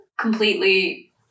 completely